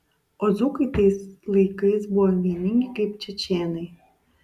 o dzūkai tais laikais buvo vieningi kaip čečėnai